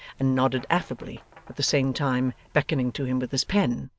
and nodded affably at the same time beckoning to him with his pen.